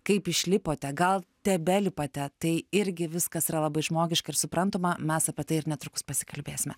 kaip išlipote gal tebelipate tai irgi viskas yra labai žmogiška ir suprantama mes apie tai ir netrukus pasikalbėsime